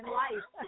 life